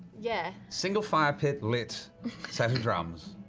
yeah single fire pit, lit. set of drums.